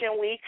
Week